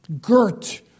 girt